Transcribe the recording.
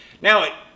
now